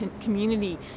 community